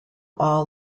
all